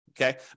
Okay